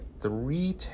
three